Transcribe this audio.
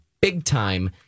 big-time